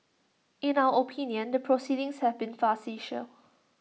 in our opinion the proceedings have been